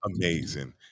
amazing